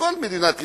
בכל מדינת ישראל,